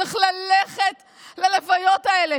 צריך ללכת ללוויות האלה,